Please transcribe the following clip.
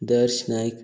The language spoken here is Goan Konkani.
दर्श नायक